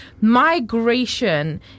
migration